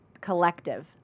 Collective